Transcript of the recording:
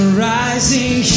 rising